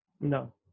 No